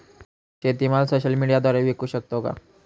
शेतीमाल सोशल मीडियाद्वारे विकू शकतो का?